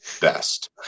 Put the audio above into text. best